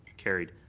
carried.